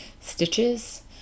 stitches